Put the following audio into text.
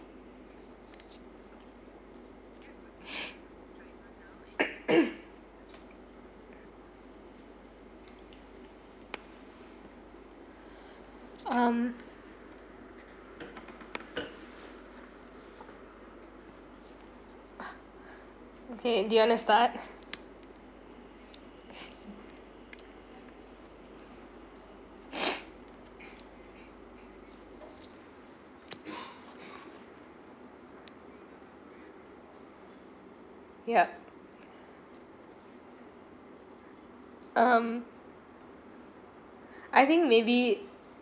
um okay do you want to start yup um I think maybe